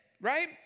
right